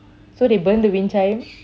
so they burn the wind chime